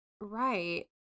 Right